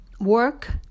work